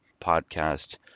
podcast